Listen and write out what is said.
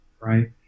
right